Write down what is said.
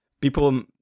People